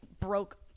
broke